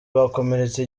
bakomeretse